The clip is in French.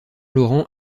laurent